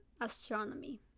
astronomy